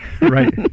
Right